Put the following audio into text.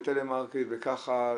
בטלמרקטינג וככה,